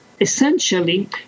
essentially